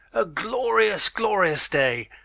a glorious, glorious day.